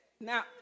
Now